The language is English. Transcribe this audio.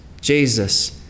Jesus